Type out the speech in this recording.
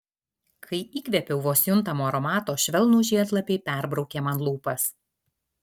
kai įkvėpiau vos juntamo aromato švelnūs žiedlapiai perbraukė man lūpas